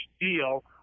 deal